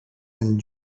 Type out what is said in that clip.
and